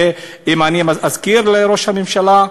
ואם אני רק אזכיר לראש הממשלה,